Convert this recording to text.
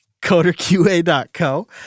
CoderQA.co